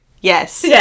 yes